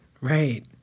Right